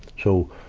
so,